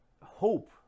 hope